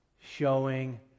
showing